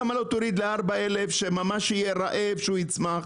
למה לא תוריד ל-4,000 כדי שהוא יהיה ממש רעב ויצמח?